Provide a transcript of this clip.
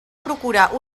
procurar